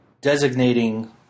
designating